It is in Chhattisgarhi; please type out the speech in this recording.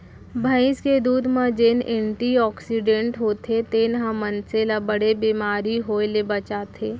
भईंस के दूद म जेन एंटी आक्सीडेंट्स होथे तेन ह मनसे ल बड़े बेमारी होय ले बचाथे